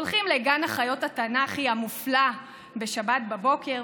הולכים לגן החיות התנ"כי המופלא בשבת בבוקר,